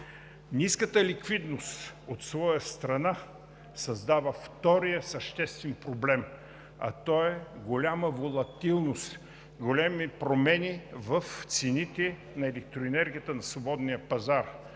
Ниската ликвидност от своя страна създава втория съществен проблем, а той е голяма волатилност, големи промени в цените на електроенергията на свободния пазар,